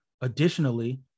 Additionally